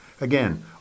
Again